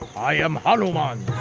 i am hanuman,